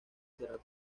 cerrar